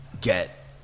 get